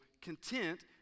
content